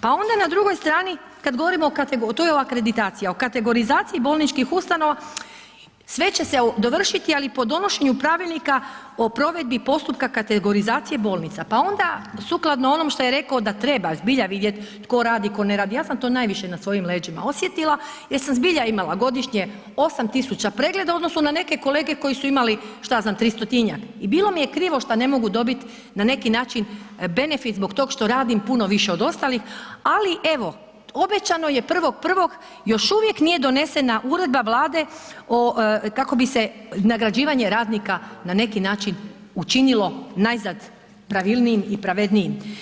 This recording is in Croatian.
pa onda na drugoj strani kad govorimo, to je ova kreditacija, o kategorizaciji bolničkih ustanova sve će se dovršiti ali po donošenju Pravilnika o provedbi postupka kategorizacije bolnica, pa onda sukladno onom što je rekao da treba zbilja vidjeti tko radi, tko ne radi ja sam to najviše na svojim leđima osjetila jer sam zbilja imali 8.000 pregleda u odnosu na neke kolege koji su imali šta ja znam 300-tinjak i bilo mi je krivo što ne mogu dobiti na neki način benefit zbog tog što radim puno više od ostalih, ali evo obećano je 1.1. još uvijek nije donesene uredba Vlade o, kako bi se nagrađivanje radnika na neki način učinilo najzad pravilnijim i pravednijim.